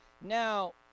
Now